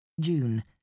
June